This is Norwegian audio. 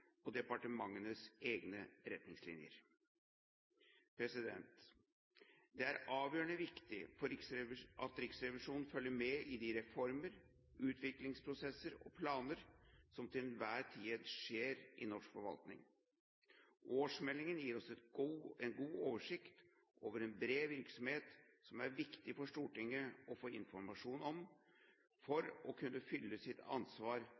og departementenes egne retningslinjer. Det er avgjørende viktig at Riksrevisjonen følger med i de reformer, utviklingsprosesser og planer som til enhver tid skjer i norsk forvaltning. Årsmeldingen gir oss en god oversikt over en bred virksomhet som det er viktig for Stortinget å få informasjon om for å kunne fylle sitt ansvar